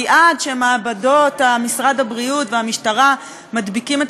כי עד שמעבדות משרד הבריאות והמשטרה מדביקות את